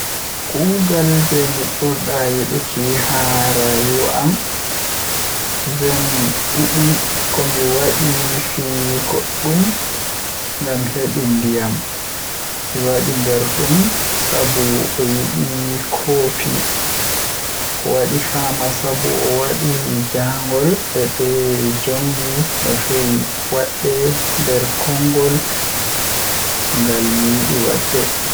Kuugal jei mi ɓurɗaa yiɗuki haa rayuwa am Event ɗiɗi ko mi waɗi fi goɗɗum ngam heɓi ndiyam, mi waɗi nder ɗum sabu o yiɗi ko fi. Ko waɗi faama sabu o waɗi jaangol e ɓe njogii no feewi, waɗde nder konngol ngal mi yiɗi waɗde